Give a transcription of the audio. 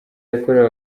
yakorewe